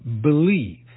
believe